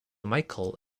michael